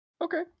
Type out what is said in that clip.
Okay